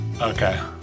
Okay